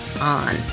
on